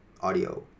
audio